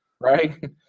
right